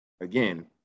Again